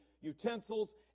utensils